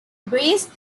brace